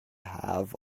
have